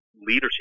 leadership